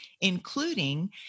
including